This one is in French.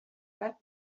pas